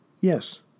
Yes